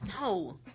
No